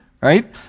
right